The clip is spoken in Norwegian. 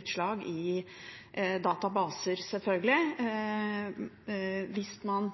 utslag i databaser, selvfølgelig, hvis man